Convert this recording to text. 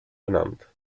benannt